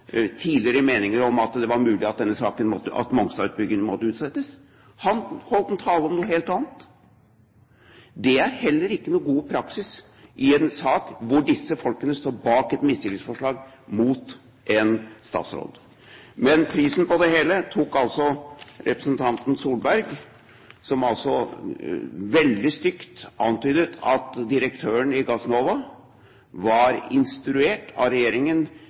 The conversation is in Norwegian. tidligere meninger om at det var mulig at Mongstad-utbyggingen måtte utsettes. Han holdt en tale om noe helt annet. Det er heller ikke noen god praksis i en sak hvor disse folkene står bak et mistillitsforslag mot en statsråd. Men prisen tok representanten Solberg, som veldig stygt antydet at direktøren i Gassnova var instruert av regjeringen